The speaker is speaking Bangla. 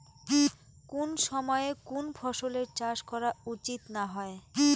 কুন সময়ে কুন ফসলের চাষ করা উচিৎ না হয়?